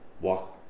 walk